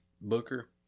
Booker